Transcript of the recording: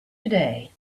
today